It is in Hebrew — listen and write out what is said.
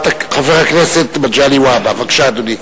חבר הכנסת מגלי והבה, בבקשה, אדוני.